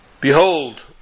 Behold